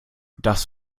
das